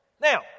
Now